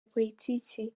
politiki